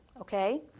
okay